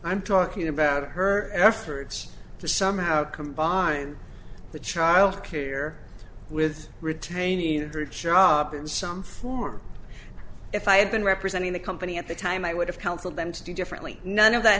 i'm talking about her efforts to somehow combine the childcare with retaining her job in some form if i had been representing the company at the time i would have counseled them to do differently none of that